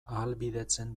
ahalbidetzen